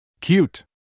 Cute